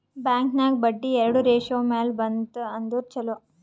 bank ನಾಗ್ ಬಡ್ಡಿ ಎರಡು ratio ಮ್ಯಾಲ ಬಂತ್ ಅಂದುರ್ ಛಲೋ